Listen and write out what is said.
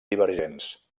divergents